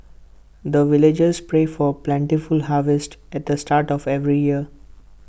the villagers pray for plentiful harvest at the start of every year